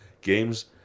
games